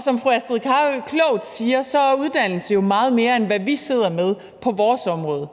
Som fru Astrid Carøe klogt siger, er uddannelse jo meget mere, end hvad vi sidder med på vores område.